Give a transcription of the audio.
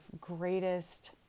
greatest